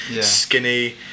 skinny